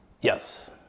Yes